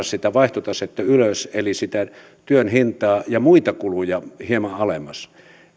sitä vaihtotasetta ylös eli sitä työn hintaa ja muita kuluja hieman alemmas